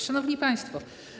Szanowni Państwo!